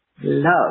love